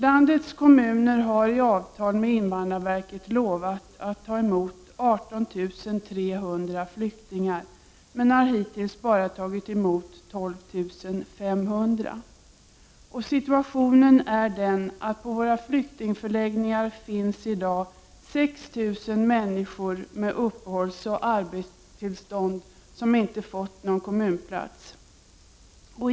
Landets kommuner har i avtal med invandrarverket lovat att ta emot 18 300 flyktingar men har hittills bara tagit emot 12 500. På våra flyktingförläggningar finns i dag ca 6 000 människor med upphållsoch arbetstillstånd som inte fått någon kommunplats.